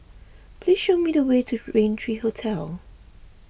please show me the way to Raintr Hotel